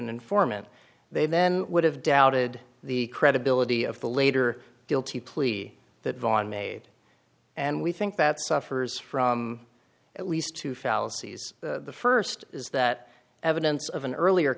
an informant they then would have doubted the credibility of the later guilty plea that vaughn made and we think that suffers from at least two fallacies the st is that evidence of an earlier